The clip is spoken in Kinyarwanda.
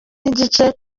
n’igice